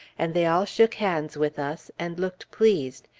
and they all shook hands with us, and looked pleased,